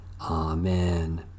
Amen